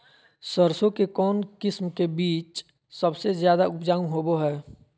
सरसों के कौन किस्म के बीच सबसे ज्यादा उपजाऊ होबो हय?